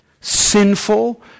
sinful